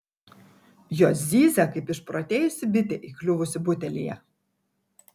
jos zyzia kaip išprotėjusi bitė įkliuvusi butelyje